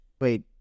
wait